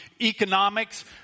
economics